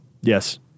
Yes